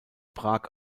prag